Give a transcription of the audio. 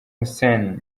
hussein